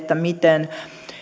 miten